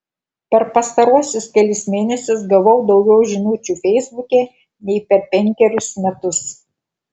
per pastaruosius kelis mėnesius gavau daugiau žinučių feisbuke nei per penkerius metus